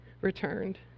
returned